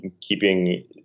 Keeping